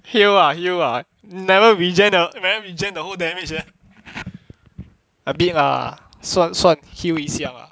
heal ah heal ah never regen the never regen the whole damage eh a bit ah 算算 heal 一下 ah